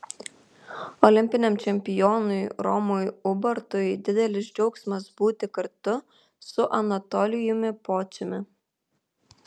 olimpiniam čempionui romui ubartui didelis džiaugsmas būti kartu su anatolijumi pociumi